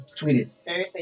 tweeted –